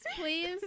please